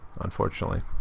Unfortunately